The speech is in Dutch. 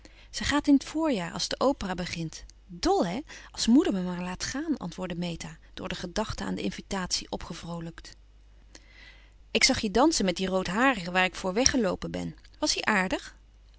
ze gaat in t voorjaar als de opera begint dol hè als moeder me maar laat gaan antwoordde meta door de gedachte aan de invitatie opgevroolijkt ik zag je dansen met dien roodharige waar ik voor weggeloopen ben was hij aardig